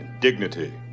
dignity